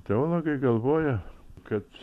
teologai galvoja kad